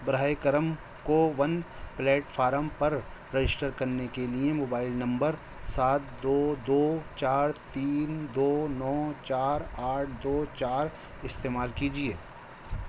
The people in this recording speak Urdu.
براہ کرم کوون پلیٹ فارم پر رجسٹر کرنے کے لیے موبائل نمبر سات دو دو چار تین دو نو چار آٹھ دو چار استعمال کیجیے